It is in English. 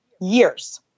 years